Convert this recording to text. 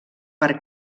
per